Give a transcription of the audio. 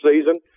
season